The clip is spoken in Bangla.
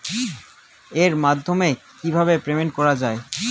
এর মাধ্যমে কিভাবে পেমেন্ট করা য়ায়?